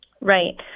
Right